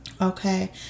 okay